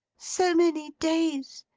so many days,